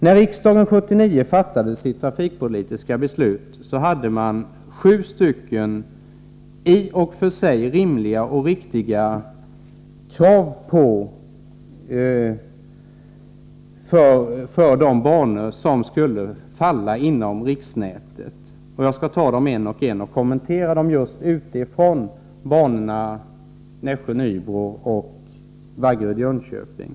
När riksdagen 1979 fattade sitt trafikpolitiska beslut hade man sju i och för sig rimliga och riktiga krav när det gällde de banor som skulle falla inom riksnätet. Jag skall kommentera dem en och en. Det gäller banorna Nässjö-Nybro och Vaggeryd-Jönköping.